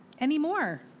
anymore